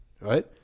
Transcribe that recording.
right